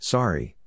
Sorry